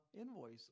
invoice